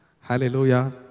Hallelujah